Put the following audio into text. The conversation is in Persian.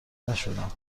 نشدم